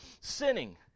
sinning